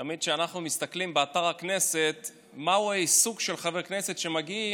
תמיד כשאנחנו מסתכלים באתר הכנסת מהו העיסוק של חברי הכנסת שמגיעים,